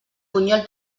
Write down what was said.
bunyol